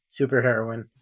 superheroine